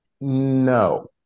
No